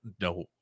No